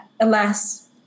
alas